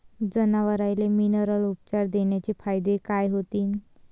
जनावराले मिनरल उपचार देण्याचे फायदे काय होतीन?